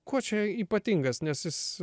kočiui ypatingas nes jis